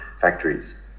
factories